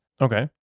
Okay